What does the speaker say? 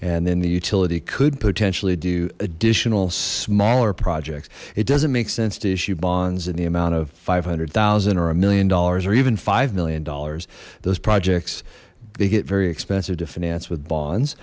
and then the utility could potentially do additional smaller projects it doesn't make sense to issue bonds in the amount of five hundred thousand or a million dollars or even five million dollars those projects they get very expensive to finance with